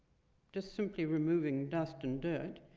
just simply removing dust and dirt,